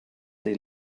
they